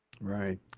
Right